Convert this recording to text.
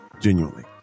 genuinely